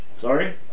sorry